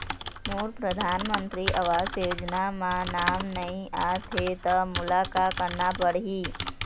मोर परधानमंतरी आवास योजना म नाम नई आत हे त मोला का करना पड़ही?